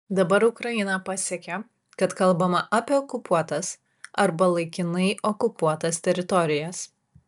dabar ukraina pasiekė kad kalbama apie okupuotas arba laikinai okupuotas teritorijas